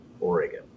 Oregon